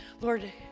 Lord